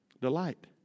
Delight